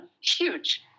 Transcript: Huge